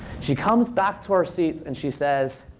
she comes back to our seats and she says,